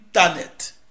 internet